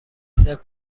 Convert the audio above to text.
صفر